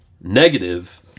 negative